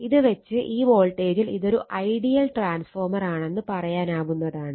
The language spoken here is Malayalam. ഇത് വെച്ച് ഈ വോൾട്ടേജിൽ ഇതൊരു ഐഡിയൽ ട്രാൻസ്ഫോർമർ ആണെന്ന് പറയാനാവുന്നതാണ്